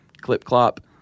clip-clop